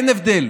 אין הבדל.